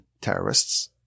terrorists